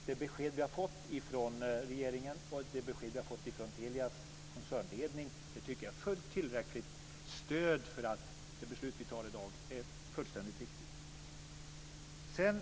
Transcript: Det besked vi har fått från regeringen och från Telias koncernledning tycker jag är ett fullt tillräckligt stöd för att det beslut vi tar i dag är fullständigt riktigt.